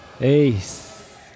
Ace